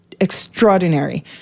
extraordinary